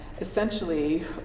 essentially